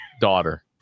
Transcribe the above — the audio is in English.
daughter